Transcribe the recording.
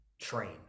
train